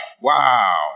Wow